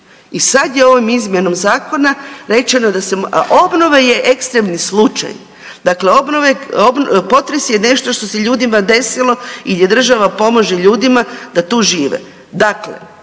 I sada je ovom izmjenom zakona rečeno, a obnova je ekstremni slučaj, dakle potres je nešto što se ljudima desilo i država pomaže ljudima da tu žive.